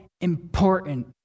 important